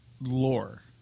lore